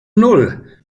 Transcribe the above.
null